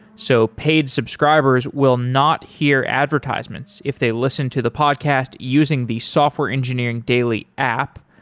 so paid subscribers will not hear advertisements if they listen to the podcast using the software engineering daily app.